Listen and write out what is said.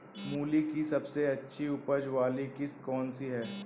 मूली की सबसे अच्छी उपज वाली किश्त कौन सी है?